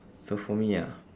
so for me ya